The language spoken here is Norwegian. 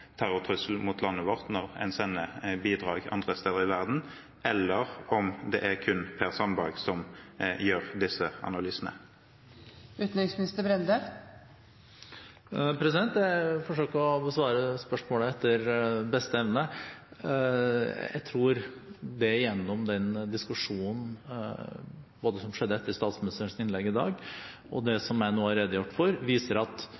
det er kun Per Sandberg som gjør disse analysene. Jeg forsøkte å besvare spørsmålet etter beste evne. Jeg tror både diskusjonen etter statsministerens innlegg i dag og det som jeg nå har redegjort for, viser at